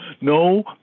No